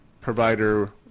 provider